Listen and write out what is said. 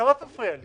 אתה לא תפריע לי.